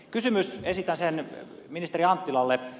kysymys esitän sen ministeri anttilalle